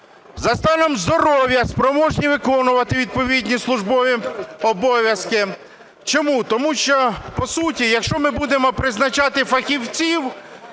за станом здоров'я спроможні виконувати відповідні службові обов'язки". Чому? Тому що, по суті, якщо ми будемо призначати фахівців